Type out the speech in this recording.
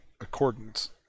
accordance